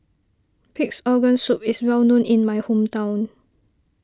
Pig's Organ Soup is well known in my hometown